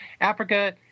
Africa